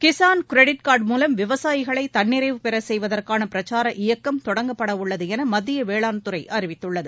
Kisan credit card மூலம் விவசாயிகளை தன்னிறைவு பெறச் செய்வதற்கான பிரச்சார இயக்கம் தொடங்கப்படவுள்ளது என மத்திய வேளாண்துறை அறிவித்துள்ளது